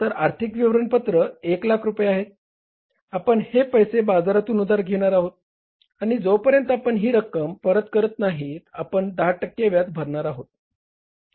तर आर्थिक विवरणपत्र 100000 रुपये आहेत आपण हे पैसे बाजारातून उधार घेणार आहोत आणि जोपर्यंत आपण ही रक्कम परत करत नाहीत आपण 10 टक्के व्याज भरणार आहोत